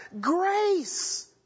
Grace